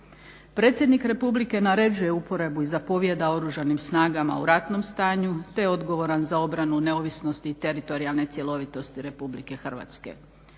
Predsjednik Republike naređuje uporabu i zapovijeda Oružanim snagama u ratnom stanju te je odgovoran za obranu neovisnosti i teritorijalne cjelovitosti RH.